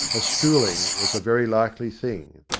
a schooling was a very likely thing.